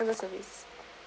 customer service